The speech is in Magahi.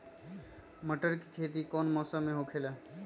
मटर के खेती कौन मौसम में होखेला?